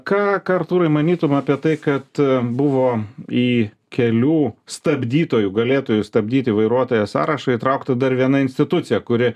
ką ką artūrai manytum apie tai kad buvo į kelių stabdytojų galėtųjų stabdyti vairuotoją sąrašą įtrauktų dar viena institucija kuri